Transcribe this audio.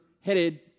headed